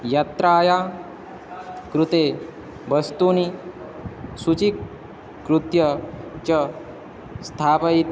यात्रायाः कृते वस्तूनि सूचिकृत्य च स्थापयितम्